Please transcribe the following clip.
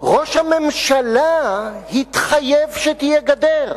ראש הממשלה התחייב שתהיה גדר.